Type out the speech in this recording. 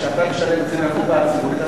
כשאתה משלם את זה מהקופה הציבורית,